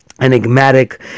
enigmatic